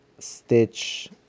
stitch